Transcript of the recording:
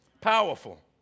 Powerful